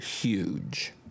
huge